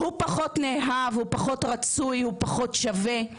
הוא פחות נאהב, הוא פחות רצוי, הוא פחות שווה.